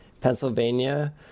Pennsylvania